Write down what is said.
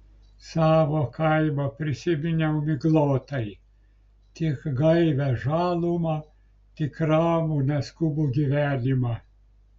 savo kaimą prisiminiau miglotai tik gaivią žalumą tik ramų neskubų gyvenimą